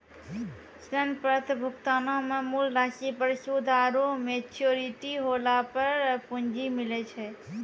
ऋण पत्र भुगतानो मे मूल राशि पर सूद आरु मेच्योरिटी होला पे पूंजी मिलै छै